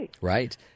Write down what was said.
Right